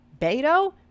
Beto